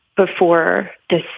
before this?